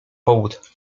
powód